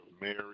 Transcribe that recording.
Mary